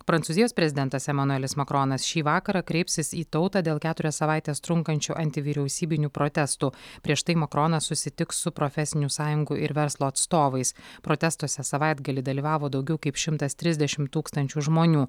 prancūzijos prezidentas emanuelis makronas šį vakarą kreipsis į tautą dėl keturias savaites trunkančių antivyriausybinių protestų prieš tai makronas susitiks su profesinių sąjungų ir verslo atstovais protestuose savaitgalį dalyvavo daugiau kaip šimtas trisdešimt tūkstančių žmonių